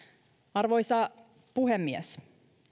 arvoisa puhemies